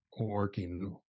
Working